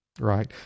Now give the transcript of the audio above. right